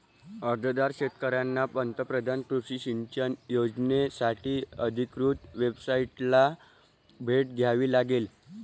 अर्जदार शेतकऱ्यांना पंतप्रधान कृषी सिंचन योजनासाठी अधिकृत वेबसाइटला भेट द्यावी लागेल